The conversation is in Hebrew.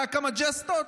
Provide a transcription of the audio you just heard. היו כמה ג'סטות?